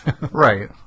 Right